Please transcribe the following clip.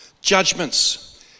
judgments